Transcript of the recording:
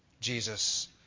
Jesus